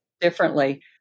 differently